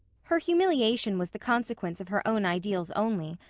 her humiliation was the consequence of her own ideals only,